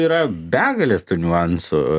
yra begalės tų niuansų